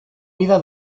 vida